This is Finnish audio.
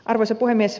arvoisa puhemies